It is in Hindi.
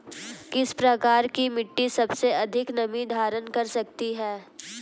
किस प्रकार की मिट्टी सबसे अधिक नमी धारण कर सकती है?